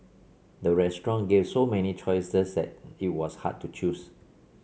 the restaurant gave so many choices that it was hard to choose